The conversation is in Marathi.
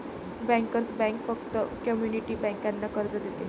बँकर्स बँक फक्त कम्युनिटी बँकांना कर्ज देते